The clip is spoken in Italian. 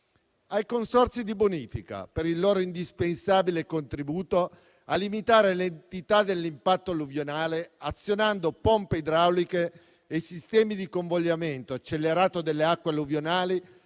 ai consorzi di bonifica per il loro indispensabile contributo a limitare l'entità dell'impatto alluvionale, azionando pompe idrauliche e sistemi di convogliamento accelerato delle acque alluvionali